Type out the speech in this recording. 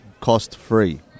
cost-free